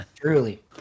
Truly